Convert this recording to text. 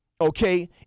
okay